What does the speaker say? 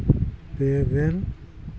ᱯᱮᱜᱮᱞ